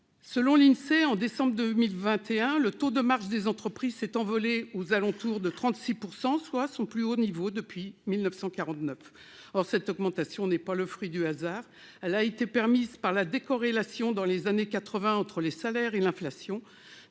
Selon l'Insee, au mois de décembre 2021, le taux de marge des entreprises s'est envolé aux alentours de 36 %, son plus haut niveau depuis 1949. Cette augmentation n'est pas le fruit du hasard. Elle a été permise par la décorrélation, dans les années 1980, entre les salaires et l'inflation,